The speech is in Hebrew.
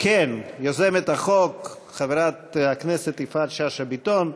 יוזמת החוק, חברת הכנסת יפעת שאשא ביטון,